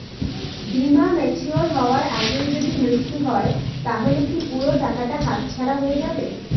বীমা ম্যাচিওর হয়ার আগেই যদি মৃত্যু হয় তাহলে কি পুরো টাকাটা হাতছাড়া হয়ে যাবে?